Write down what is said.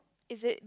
is it